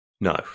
No